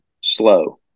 slow